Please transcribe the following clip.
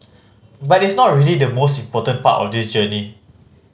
but it's not really the most important part of this journey